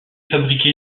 fabriqué